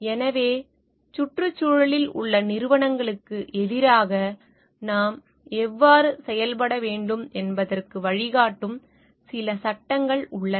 எனவே சுற்றுச்சூழலில் உள்ள நிறுவனங்களுக்கு எதிராக நாம் எவ்வாறு செயல்பட வேண்டும் என்பதற்கு வழிகாட்டும் சில சட்டங்கள் உள்ளன